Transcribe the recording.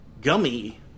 Gummy